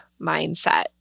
mindset